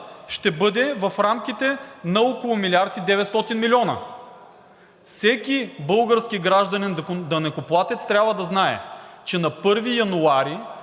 ще бъде в рамките на около 1 млрд. и 900 милиона. Всеки български гражданин данъкоплатец трябва да знае, че на 1 януари